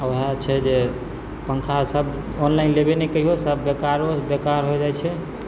ओएह छै जे पंखासब ऑनलाइन लेबय ने कहियो तब बेकारोसँे बेकार हो जाइ छै